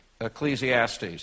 Ecclesiastes